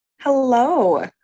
hello